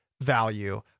value